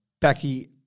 Becky